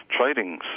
trading